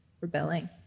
rebelling